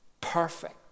perfect